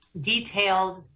detailed